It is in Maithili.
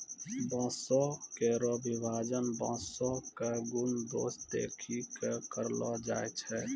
बांसों केरो विभाजन बांसों क गुन दोस देखि कॅ करलो जाय छै